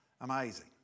Amazing